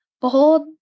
Behold